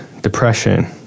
depression